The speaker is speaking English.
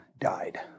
died